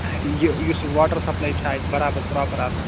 آچھا ٹھیٖک یہِ یۄس یہِ واٹَر سَپلٔے چھا اَتہِ برابر پرٛاپَر آسان